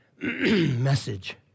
message